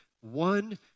one